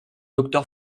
docteur